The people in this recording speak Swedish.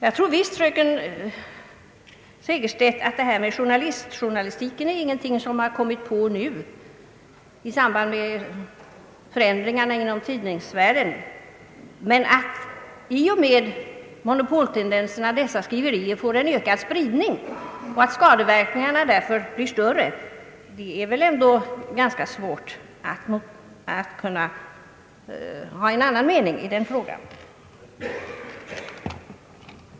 Jag tror visst, fru Segerstedt Wiberg, att sensationsjournalistiken inte är någonting som har kommit på nu i samband med förändringarna inom tidningsvärlden. Men jag tror att dessa skriverier som följd av monopoltendenserna får en ökad spridning och att skadeverkningarna därför blir större. Det är väl ändå ganska svårt att kunna ha en annan mening i den frågan.